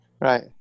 Right